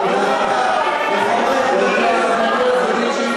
תודה רבה לחברי הכנסת,